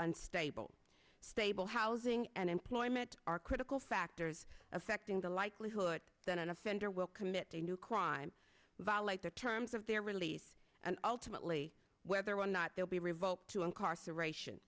unstable stable housing and employment are critical factors affecting the likelihood that an offender will commit a new crime violate the terms of their release and ultimately whether or not they'll be revoked to incarceration